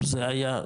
זה היה,